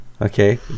Okay